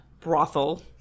brothel